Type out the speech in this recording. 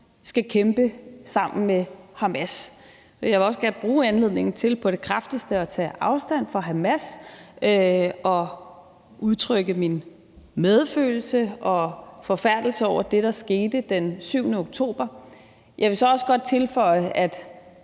skal kæmpe sammen med Hamas. Jeg vil også gerne bruge anledningen til på det kraftigste at tage afstand fra Hamas og udtrykke min medfølelse og min forfærdelse over det, der skete den 7. oktober 2023. Jeg mener så også, at